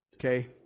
Okay